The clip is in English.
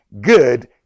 good